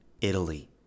Italy